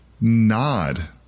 nod